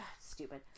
stupid